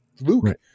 Luke